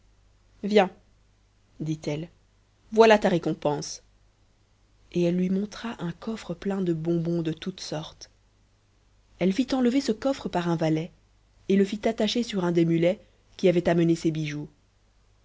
viens dit-elle voilà ta récompense et elle lui montra un coffre plein de bonbons de toutes sortes elle fit enlever ce coffre par un valet et le fit attacher sur un des mulets qui avaient amené ses bijoux